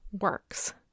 works